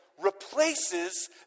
replaces